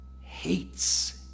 hates